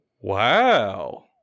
Wow